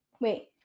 wait